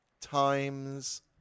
times